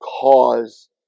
cause